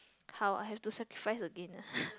how I have to sacrifice again ah